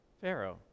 Pharaoh